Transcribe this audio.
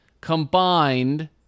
combined